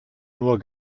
nur